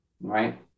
right